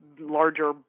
larger